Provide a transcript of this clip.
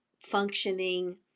functioning